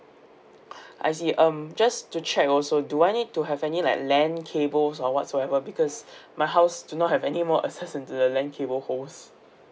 I see um just to check also do I need to have any like LAN cables or whatsoever because my house do not have any more access into the LAN cable holes